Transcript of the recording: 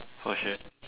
for sure